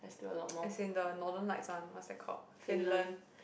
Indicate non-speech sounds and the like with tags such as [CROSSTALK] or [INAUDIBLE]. [NOISE] as in the Northern Lights one what's that called Finland